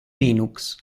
linux